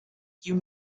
you